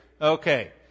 Okay